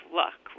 luck